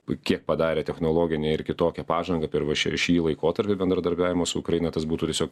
pui kiek padarė technologinę ir kitokią pažangą per šį šį laikotarpį bendradarbiavimo su ukraina tas būtų tiesiog